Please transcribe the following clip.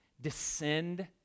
Descend